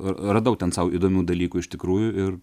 radau ten sau įdomių dalykų iš tikrųjų ir